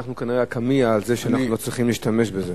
אנחנו כנראה הקמע הזה שאנחנו לא צריכים להשתמש בזה.